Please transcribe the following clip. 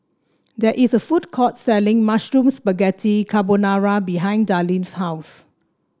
there is a food court selling Mushroom Spaghetti Carbonara behind Darline's house